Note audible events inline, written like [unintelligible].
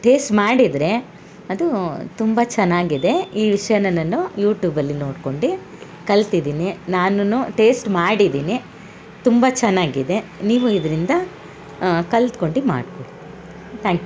taste ಮಾಡಿದರೆ ಅದು ತುಂಬ ಚೆನ್ನಾಗಿದೆ ಈ ವಿಷಯನ ನಾನು ಯೂಟೂಬಲ್ಲಿ ನೋಡ್ಕೊಂಡು ಕಲ್ತಿದ್ದೀನಿ ನಾನುನೂ ಟೇಸ್ಟ್ ಮಾಡಿದ್ದೀನಿ ತುಂಬ ಚೆನ್ನಾಗಿದೆ ನೀವು ಇದರಿಂದ ಕಲ್ತ್ಕೊಂಡು ಮಾಡ್ಕುಡ್ [unintelligible]